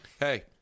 Hey